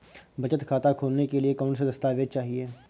बचत खाता खोलने के लिए कौनसे दस्तावेज़ चाहिए?